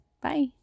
bye